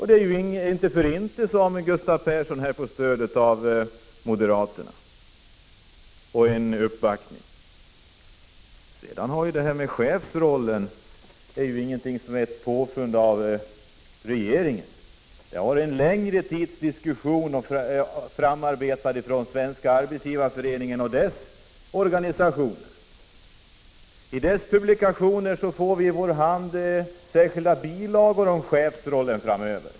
Det är inte för inte som Gustav Persson här får stöd av moderaterna. Chefsrollen är ingenting som är ett påfund av regeringen. I publikationer från Svenska arbetsgivareföreningen och dess organisationer får vi framöver särskilda bilagor om chefsrollen.